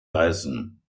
weißen